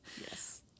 yes